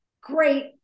great